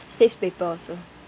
save paper also